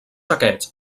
aquests